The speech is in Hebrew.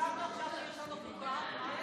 אדוני